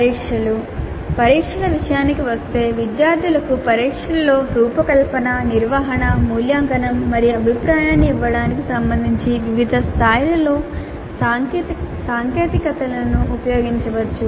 పరీక్షలు పరీక్షల విషయానికి వస్తే విద్యార్థులకు పరీక్షల్లో రూపకల్పన నిర్వహణ మూల్యాంకనం మరియు అభిప్రాయాన్ని ఇవ్వడానికి సంబంధించి వివిధ స్థాయిలలో సాంకేతికతలను ఉపయోగించవచ్చు